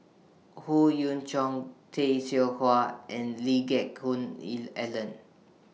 Howe Yoon Chong Tay Seow Huah and Lee Geck Hoon Ellen